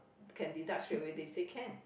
can deduct straight away they say can